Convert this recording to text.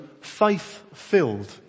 faith-filled